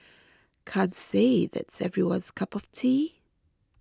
can't say that's everyone's cup of tea